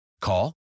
Call